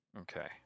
Okay